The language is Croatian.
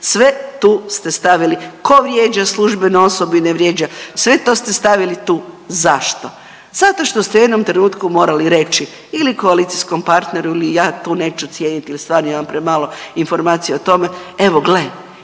sve tu ste stavili, tko vrijeđa službenu osobu i ne vrijeđa sve to ste stavili tu. Zašto? Zato što ste u jednom trenutku morali reći ili koalicijskom partneru ili ja tu neću cijediti jer stvarno imam premalo informacija o tome. Evo gle,